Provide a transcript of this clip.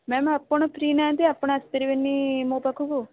ma'am ଆପଣ free ନାହାଁନ୍ତି ଆପଣ ଆସି ପାରିବେନି ମୋ ପାଖକୁ